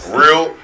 real